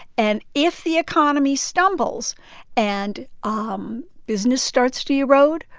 and if the economy stumbles and ah um business starts to erode,